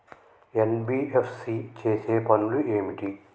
NBFC చేసే పనులు ఏమిటి?